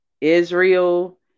Israel